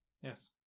Yes